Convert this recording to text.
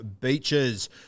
Beaches